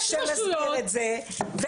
שמסביר את זה,